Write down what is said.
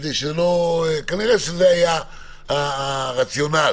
כנראה שזה היה הרציונל